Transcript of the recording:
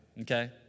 okay